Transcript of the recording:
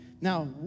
Now